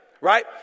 right